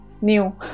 new